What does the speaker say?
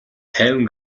тайван